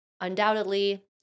Undoubtedly